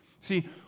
See